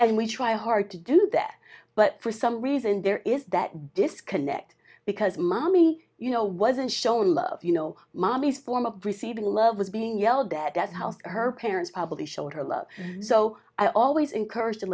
and we try hard to do that but for some reason there is that disconnect because mommy you know wasn't showing love you know mommy's form up receiving love was being yelled that that's healthy her parents probably showed her love so i always encourage